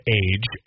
age